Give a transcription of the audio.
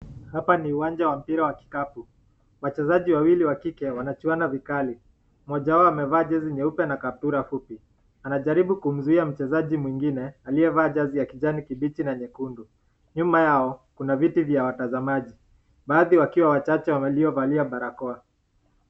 Hapa ni uwanja wa mpira wa kikapu. Wachezaji wawili wa kike wanajuana vikali. Mmoja wao amevaa jezi nyeupe na kaptura fupi anajaribu kumzuia mchezaji mwingine aliyevaa jezi ya rangi kijani kibichi na nyekundu. Nyuma yao kuna viti vya watazamaji, baadhi wakiwa wachache waliovalia barakoa.